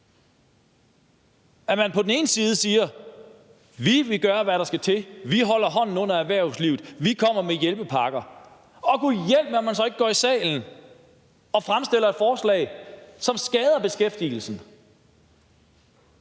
at man siger, at man vil gøre, hvad der skal til, at man holder hånden under erhvervslivet, og at man kommer med hjælpepakker, men gud hjælpe mig, om man så ikke går i salen og fremlægger et forslag, som skader beskæftigelsen,